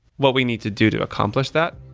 what we need to do to accomplish that?